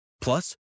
Plus